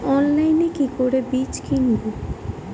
অনলাইনে কি করে বীজ কিনব?